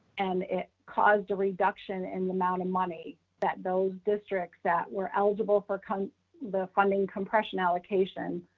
and it caused a reduction in the amount of money that those districts that were eligible for kind of the funding compression allocation.